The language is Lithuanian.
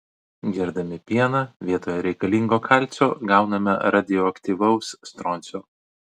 gerdami pieną vietoje reikalingo kalcio gauname radioaktyvaus stroncio